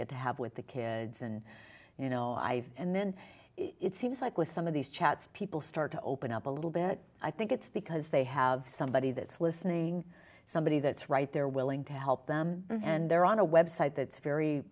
get to have with the kids and you know i and then it seems like with some of these chats people start to open up a little bit i think it's because they have somebody that's listening somebody that's right they're willing to help them and they're on a website that's very